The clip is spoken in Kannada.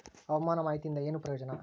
ಹವಾಮಾನ ಮಾಹಿತಿಯಿಂದ ಏನು ಪ್ರಯೋಜನ?